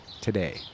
today